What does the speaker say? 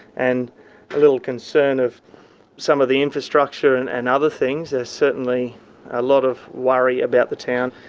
and a little concern of some of the infrastructure and and other things. there's certainly a lot of worry about the town,